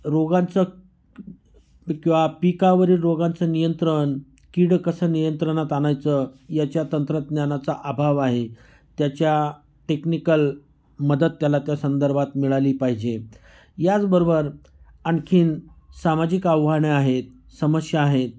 रोगांचं किंवा पिकावरील रोगांचं नियंत्रण कीडं कसं नियंत्रणात आणायचं याच्या तंत्रज्ञानाचा अभाव आहे त्याच्या टेक्निकल मदत त्याला त्या संदर्भात मिळाली पाहिजे याचबरोबर आणखी सामाजिक आह्वानं आहेत समस्या आहेत